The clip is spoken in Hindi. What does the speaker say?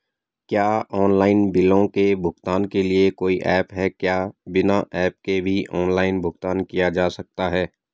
क्या ऑनलाइन बिलों के भुगतान के लिए कोई ऐप है क्या बिना ऐप के भी ऑनलाइन भुगतान किया जा सकता है?